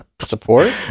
Support